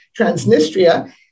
Transnistria